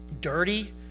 dirty